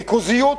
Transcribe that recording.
ריכוזיות